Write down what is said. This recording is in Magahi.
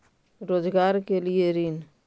रोजगार के लिए ऋण?